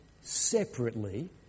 separately